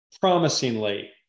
promisingly